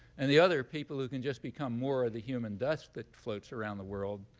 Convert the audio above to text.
and the other people who can just become more of the human does that floats around the world,